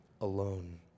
alone